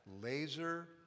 laser